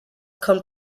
kommt